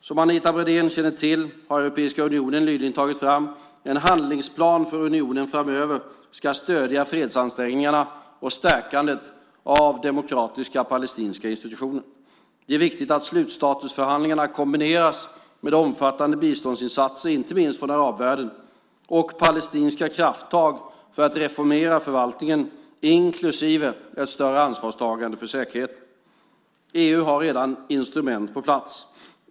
Som Anita Brodén känner till har Europeiska unionen nyligen tagit fram en handlingsplan för hur unionen framöver ska stödja fredsansträngningarna och stärkandet av demokratiska palestinska institutioner. Det är viktigt att slutstatusförhandlingar kombineras med omfattande biståndsinsatser, inte minst från arabvärlden, och palestinska krafttag för att reformera förvaltningen, inklusive ett större ansvarstagande för säkerheten. EU har redan instrument på plats.